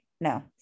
no